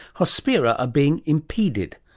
hospira are being impeded.